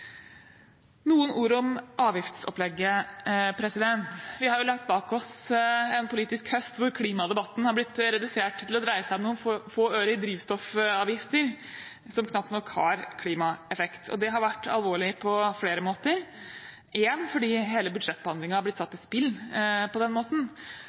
Noen ord om avgiftsopplegget: Vi har lagt bak oss en politisk høst hvor klimadebatten er blitt redusert til å dreie seg om noen få øre i drivstoffavgifter som knapt nok har klimaeffekt. Det har vært alvorlig på flere måter, for det første fordi hele budsjettbehandlingen er blitt satt i spill på den måten,